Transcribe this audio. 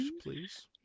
Please